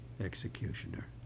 executioner